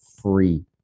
free